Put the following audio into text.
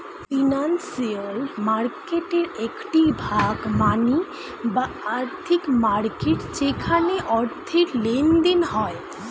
financial মার্কেটের একটি ভাগ মানি বা আর্থিক মার্কেট যেখানে অর্থের লেনদেন হয়